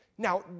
Now